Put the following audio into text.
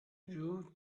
you